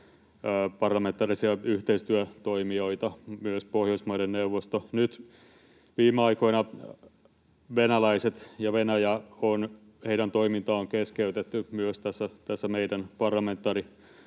parlamentaarisia yhteistyötoimijoita, myös Pohjoismaiden neuvosto. Nyt viime aikoina venäläisten ja Venäjän toiminta on keskeytetty myös tässä meidän parlamentaarikonferenssissa